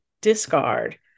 discard